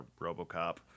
robocop